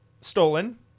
stolen